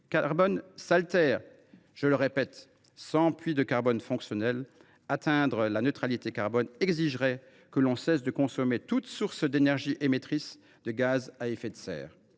carbone s’altère. Je le répète : sans puits de carbone fonctionnels, atteindre la neutralité carbone exigerait que l’on cesse de consommer toute source d’énergie émettrice de gaz à effet de serre.